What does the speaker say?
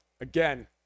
again